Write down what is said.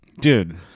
Dude